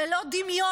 זה לא דמיון.